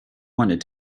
wanted